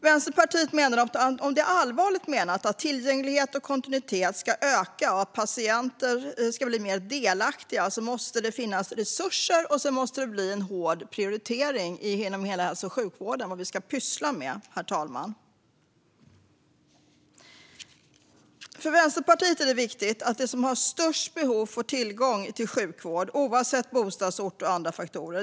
Vänsterpartiet anser att om det är allvarligt menat att tillgänglighet och kontinuitet ska öka och att patienter ska bli mer delaktiga måste det finnas resurser och ske en hård prioritering genom hela hälso och sjukvården om vad vi ska pyssla med. För Vänsterpartiet är det viktigt att de som har störst behov får tillgång till sjukvård, oavsett bostadsort och andra faktorer.